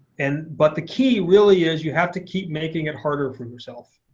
and but the key really is you have to keep making it harder for yourself.